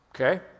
okay